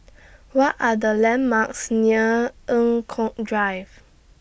What Are The landmarks near Eng Kong Drive